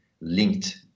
linked